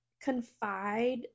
confide